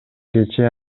кечээ